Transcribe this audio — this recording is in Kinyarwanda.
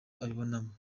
abibonamo